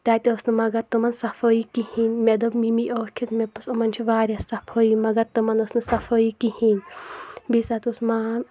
تَتہِ ٲس نہٕ مگر تمَن صفٲیی کِہِنۍ مےٚ دوٚپ ممی ٲکھِتھ مےٚ دوٚپُس أمَن چھِ واریاہ صفٲیی مگر تمَن ٲس نہٕ صفٲیی کِہِنۍ بیٚیہِ سات اوس مام